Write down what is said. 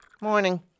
Morning